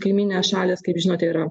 kaimynės šalys kaip žinote yra